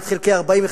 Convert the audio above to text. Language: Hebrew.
1 חלקי 40,